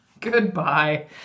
Goodbye